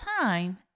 time